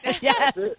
Yes